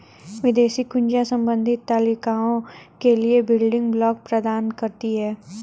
विदेशी कुंजियाँ संबंधित तालिकाओं के लिए बिल्डिंग ब्लॉक प्रदान करती हैं